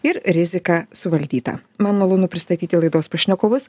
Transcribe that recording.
ir rizika suvaldyta man malonu pristatyti laidos pašnekovus